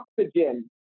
oxygen